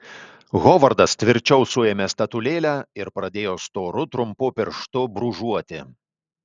hovardas tvirčiau suėmė statulėlę ir pradėjo storu trumpu pirštu brūžuoti